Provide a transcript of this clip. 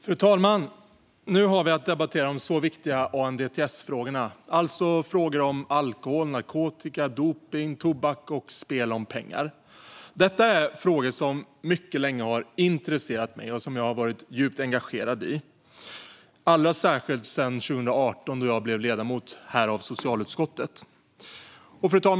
Fru talman! Nu har vi att debattera de så viktiga ANDTS-frågorna, alltså frågor om alkohol, narkotika, dopning, tobak och spel om pengar. Detta är frågor som mycket länge har intresserat mig och som jag också har varit djupt engagerad i. Det gäller allra särskilt sedan 2018, då jag blev ledamot av socialutskottet.